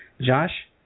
Josh